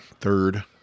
third